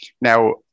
Now